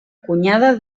cunyada